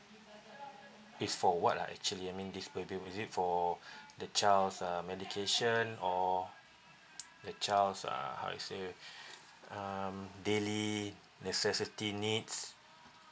is for what ah actually I mean this baby is it for the child's uh medication or the child's uh how you say um daily necessity needs